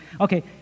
okay